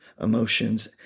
emotions